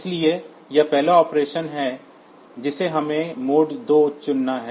इसलिए यह पहला ऑपरेशन है जिसे हमें मोड 2 चुनना है